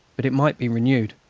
but it might be renewed.